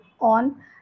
on